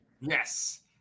yes